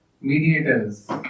mediators